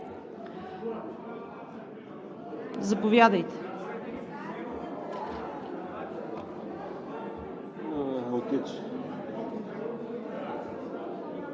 Заповядайте.